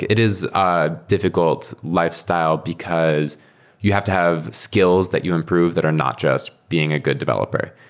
it is a diffi cult lifestyle, because you have to have skills that you improve that are not just being a good developer.